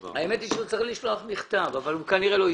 האמת היא שהוא צריך לשלוח מכתב אבל הוא כנראה לא הספיק.